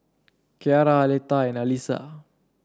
Cierra Aletha and Alisa